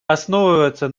основывается